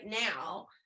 now